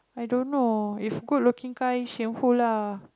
i don't know if good looking kind shameful lah